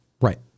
Right